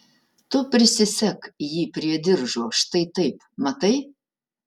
tu prisisek jį prie diržo štai taip matai